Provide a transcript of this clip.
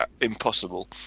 impossible